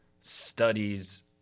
studies